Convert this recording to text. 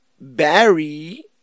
Barry